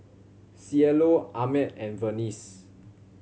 Cielo Ahmed and Vernice